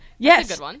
Yes